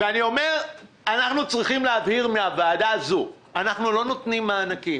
אנחנו צריכים להבהיר מהוועדה הזאת: אנחנו לא נותנים מענקים.